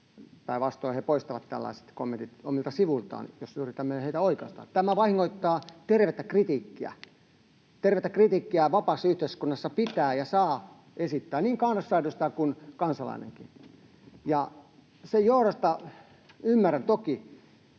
Päinvastoin he poistavat tällaiset kommentit omilta sivuiltaan, jos yritämme heitä oikaista. Tämä vahingoittaa tervettä kritiikkiä. Tervettä kritiikkiä vapaassa yhteiskunnassa pitää ja saa esittää niin kansanedustaja kuin kansalainenkin. Sen johdosta ymmärrän toki,